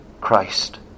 Christ